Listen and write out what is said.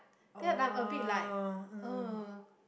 oh uh